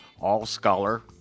All-Scholar